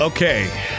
Okay